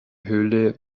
höhle